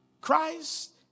christ